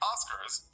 Oscars